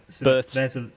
Births